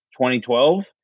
2012